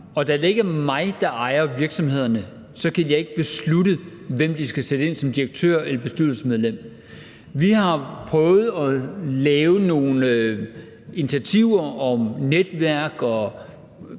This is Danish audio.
og da det ikke er mig, der ejer virksomhederne, så kan jeg ikke beslutte, hvem de skal sætte ind som direktør eller bestyrelsesmedlem. Vi har prøvet at lave nogle initiativer i form af